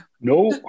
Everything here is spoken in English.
No